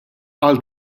għal